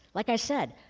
like i said,